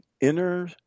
inner